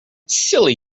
silly